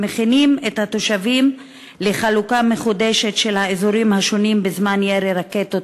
המכינות את התושבים לחלוקה מחודשת של האזורים השונים בזמן ירי רקטות,